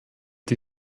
die